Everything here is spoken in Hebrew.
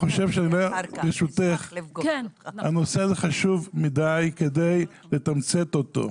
ברשותך, הנושא הזה חשוב מידי כדי לתמצת אותו.